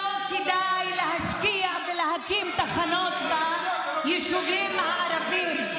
שלא כדאי להשקיע ולהקים תחנות ביישובים הערביים.